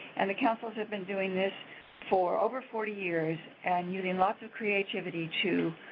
and the councils have been doing this for over forty years and using lots of creativity to